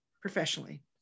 professionally